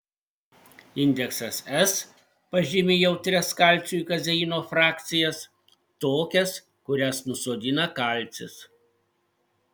indeksas s pažymi jautrias kalciui kazeino frakcijas tokias kurias nusodina kalcis